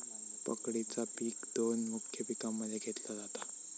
पकडीचा पिक दोन मुख्य पिकांमध्ये घेतला जाता